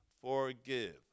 forgive